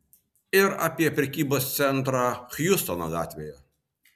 ir apie prekybos centrą hjustono gatvėje